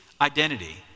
identity